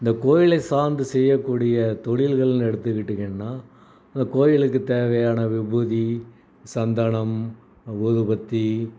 இந்த கோயிலை சார்ந்து செய்யக்கூடிய தொழில்கள்ன்னு எடுத்துக்கிட்டிங்கன்னா இந்த கோயிலுக்கு தேவையான விபூதி சந்தனம் ஊதுபத்தி